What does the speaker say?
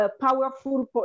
powerful